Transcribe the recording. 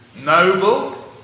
noble